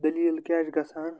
دٔلیٖل کیٛاہ چھِ گَژھان